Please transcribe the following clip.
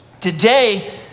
Today